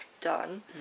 Done